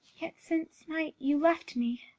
yet since night you left me.